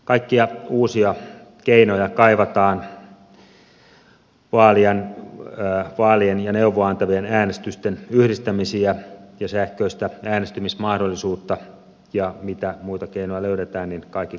kaikkia uusia keinoja kaivataan vaalien ja neuvoa antavien äänestysten yhdistämisiä ja sähköistä äänestämismahdollisuutta ja mitä muita keinoja löydetään niin kaikki kannattaa selvittää